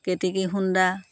কেতেকী সোন্দা